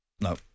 No